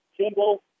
Kimball